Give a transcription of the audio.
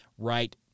Right